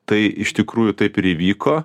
tai iš tikrųjų taip ir įvyko